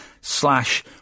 slash